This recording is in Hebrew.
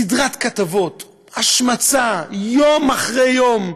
סדרת כתבות, השמצה יום אחרי יום.